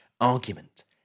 argument